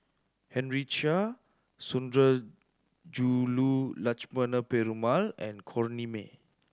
Henry Chia Sundarajulu Lakshmana Perumal and Corrinne May